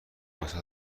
واست